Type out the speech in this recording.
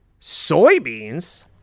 soybeans